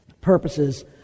purposes